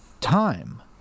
time